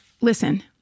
listen